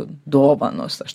dovanos aš